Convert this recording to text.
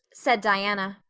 said diana.